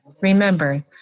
Remember